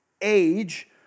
age